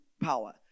power